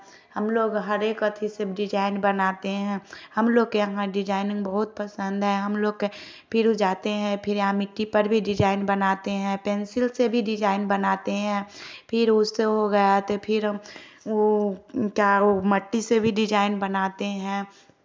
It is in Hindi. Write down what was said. हम लोग हर एक एथि से डिजाईन बनाते है हम लोग के यहाँ डिजैनिंग बहुत पसंद है हम लोग के फिर जाते हैं फिर यहाँ मिट्टी पर भी डिजाईन बनाते हैं पेंसिल से भी डिजाईन बनाते हैं फिर उससे हो गया त फिर हम वह क्या वह मट्टी से भी डिजाईन बनाते हैं